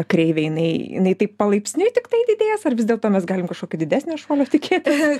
kreivę jinai jinai taip palaipsniui tiktai didės ar vis dėlto mes galim kažkokio didesnio šuolio tikėtis